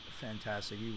fantastic